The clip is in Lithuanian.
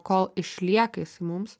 kol išlieka jisai mums